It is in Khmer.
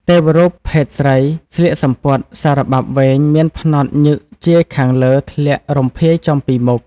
ទេវរូបភេទស្រីស្លៀកសំពត់ សារបាប់វែងមានផ្នត់ញឹកជាយខាងលើធ្លាក់រំភាយចំពីមុខ ។